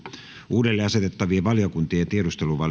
uudelleen asetettavien valiokuntien ja